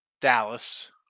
Dallas